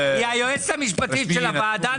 היא היועצת המשפטית של הוועדה,